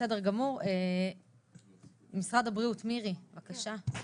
בסדר גמור, משרד הבריאות, מירי, בבקשה.